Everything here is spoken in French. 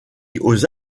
aux